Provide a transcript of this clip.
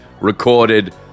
recorded